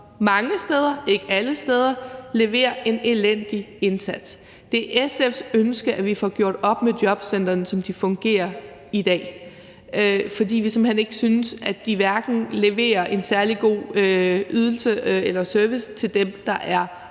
mange steder, ikke alle steder, leverer en elendig indsats. Det er SF's ønske, at vi får gjort op med jobcentrene, som de fungerer i dag, fordi vi simpelt hen ikke synes, at de hverken leverer en særlig god ydelse eller service til dem, der er